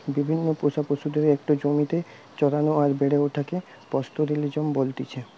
বিভিন্ন পোষা পশুদের একটো জমিতে চরানো আর বেড়ে ওঠাকে পাস্তোরেলিজম বলতেছে